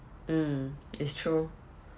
mm it's true